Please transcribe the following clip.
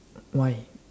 why